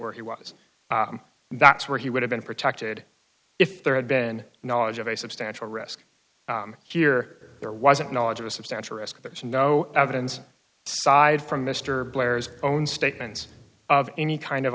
where he was that's where he would have been protected if there had been knowledge of a substantial risk here there wasn't knowledge of a substantial risk there is no evidence side from mr blair's own statements of any kind of